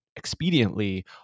expediently